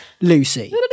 Lucy